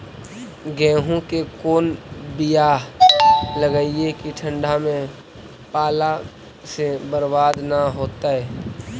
गेहूं के कोन बियाह लगइयै कि ठंडा में पाला से बरबाद न होतै?